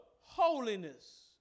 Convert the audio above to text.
holiness